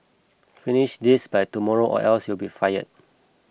finish this by tomorrow or else you'll be fired